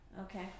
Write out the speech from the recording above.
Okay